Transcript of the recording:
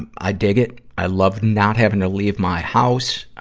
and i dig it. i love not having to leave my house.